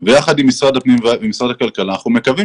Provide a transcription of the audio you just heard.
וביחד עם משרד הפנים ומשרד הכלכלה אנחנו מקווים